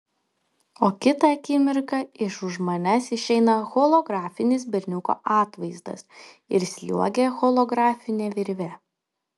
o kitą akimirką iš už manęs išeina holografinis berniuko atvaizdas ir sliuogia holografine virve